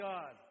God